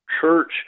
church